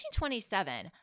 1927